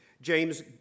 James